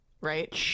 right